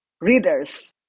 readers